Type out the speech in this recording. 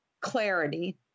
clarity